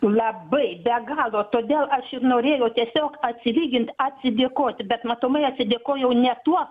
labai be galo todėl aš ir norėjau tiesiog atsilygint atsidėkot bet matomai atsidėkojau ne tuo